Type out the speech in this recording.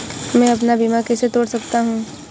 मैं अपना बीमा कैसे तोड़ सकता हूँ?